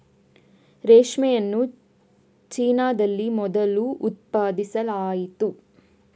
ರೇಷ್ಮೆಯನ್ನು ಚೀನಾದಲ್ಲಿ ಮೊದಲು ಉತ್ಪಾದಿಸಲಾಯಿತು